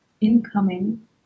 incoming